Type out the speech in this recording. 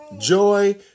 joy